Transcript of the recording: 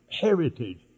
heritage